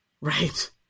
right